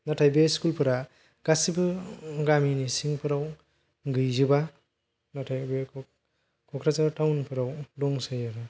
नाथाय बे स्कुल फोरा गासिबो गामिनि सिंफोराव गैजोबा नाथाय बे क'क्राझार टाउन फोराव दंसै आरो